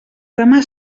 demà